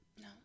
No